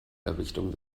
errichtung